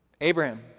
Abraham